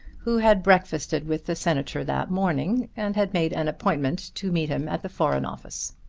who had breakfasted with the senator that morning and had made an appointment to meet him at the foreign office.